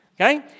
Okay